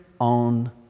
on